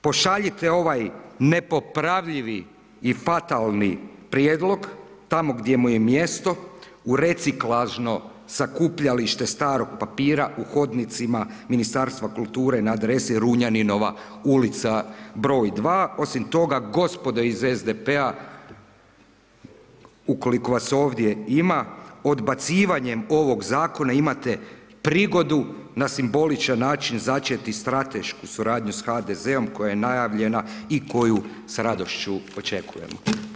Pošaljite ovaj nepopravljivi i fatalni prijedlog tamo gdje mu je mjesto u reciklažno sakupljalište starog papira u hodnicima Ministarstva kulture na adresi Runjaninova ulica br. 2. Osim toga gospo iz SDP-a ukoliko vas ovdje ima, odbacivanjem ovog zakona imate prigodu na simboličan način začeti stratešku suradnju s HDZ-om koja je najavljena i koju s radošću očekujemo.